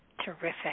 Terrific